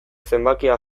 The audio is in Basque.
zenbakia